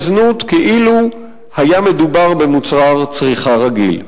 זנות כאילו היה מדובר במוצר צריכה רגיל.